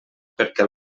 perquè